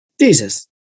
Jesus